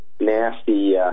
nasty